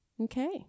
okay